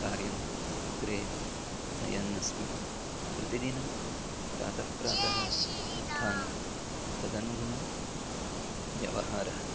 कार्यम् अग्रे नयन् अस्मि प्रतिदिनं प्रातः प्रातः उत्थानं तदनुगुणं व्यवहारः